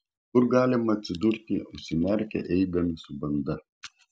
kur galime atsidurti užsimerkę eidami su banda